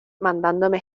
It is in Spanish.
mandándome